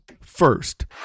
First